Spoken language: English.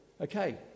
Okay